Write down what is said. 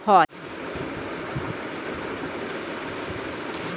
goods মানে মাল, বা পণ্যদ্রব যেগুলো বাজারে কেনা বিক্রি হয়